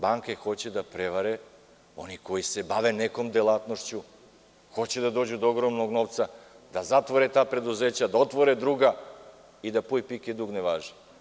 Banke koje će da prevare oni koji se bave nekom delatnošću, hoće da dođu do ogromnog novca, da zatvore ta preduzeća, da otvore druga i da puj pike, dug ne važi.